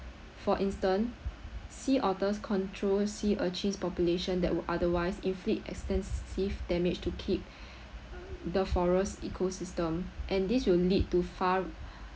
for instance sea otters control sea urchins population that would otherwise inflict extensive damage to keep the forest ecosystem and this will lead to far